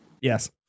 Yes